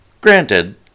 Granted